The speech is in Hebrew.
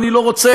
ואני לא רוצה,